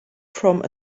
from